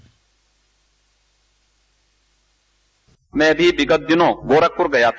bite मैं अभी विगत दिनों गोरखपुर गया था